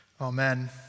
Amen